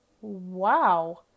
wow